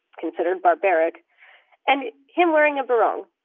considered barbaric and him wearing a barong,